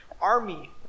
army